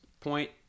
point